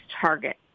target